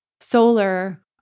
solar